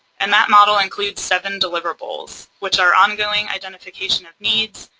and that model includes seven deliverables which are ongoing identification of needs,